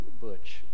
Butch